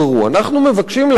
אנחנו מבקשים לתת